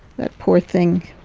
that poor thing.